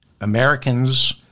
Americans